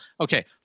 okay